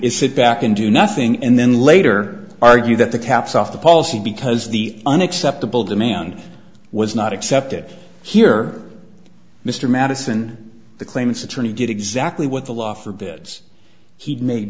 is sit back and do nothing and then later argue that the caps off the policy because the an acceptable demand was not accepted here mr madison the claimant's attorney did exactly what the law forbids he'd made